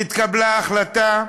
נתקבלה ההחלטה: